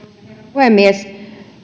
puhemies